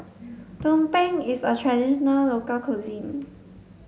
Tumpeng is a traditional local cuisine